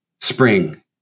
Spring